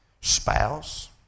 spouse